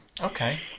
Okay